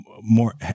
more